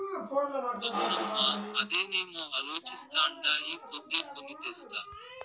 అవునమ్మో, అదేనేమో అలోచిస్తాండా ఈ పొద్దే కొని తెస్తా